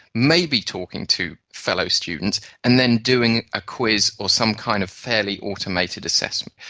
maybe talking to fellow students, and then doing a quiz or some kind of fairly automated assessment.